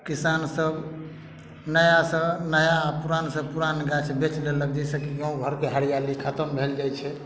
किसान सब नया सऽ नया आ पुरान सऽ पुरान गाछ बेच देलक जाहि सऽ की गाँव घरके हरियाली खत्म भेल जाइ छै